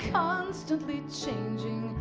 constantly changing